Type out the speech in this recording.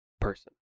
person